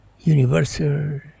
universal